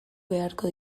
beharko